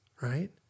Right